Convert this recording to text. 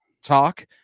talk